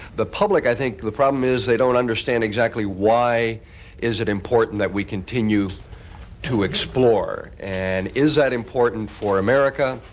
the public, i think the problem is they don't understand exactly why is it important that we continue to explore. and is that important for america?